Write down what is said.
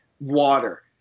water